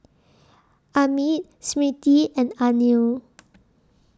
Amit Smriti and Anil